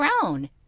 grown